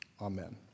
Amen